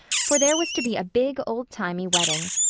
for there was to be a big, old-timey wedding.